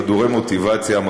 חדורי מוטיבציה,